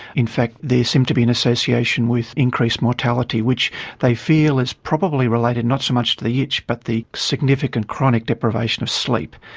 in fact there seemed to be an association with increased mortality, which they feel is probably related not so much to the itch but the significant chronic deprivation of sleep,